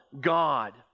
God